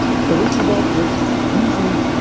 for these people, it's easy,